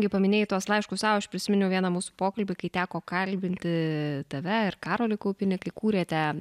kai paminėjai tuos laiškus sau aš prisiminiau vieną mūsų pokalbį kai teko kalbinti tave ir karolį kaupinį kai kūrėte